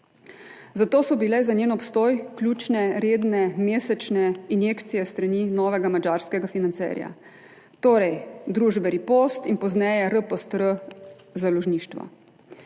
zato so bile za njen obstoj ključne redne mesečne injekcije s strani novega madžarskega financerja, torej družbe Ripost in pozneje R-POST-R založništvo.